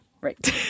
Right